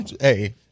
Hey